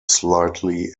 slightly